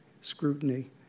scrutiny